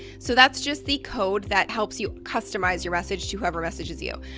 so that's just the code that helps you customize your message to whoever messages you.